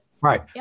Right